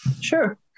Sure